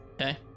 Okay